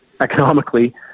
economically